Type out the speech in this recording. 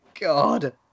God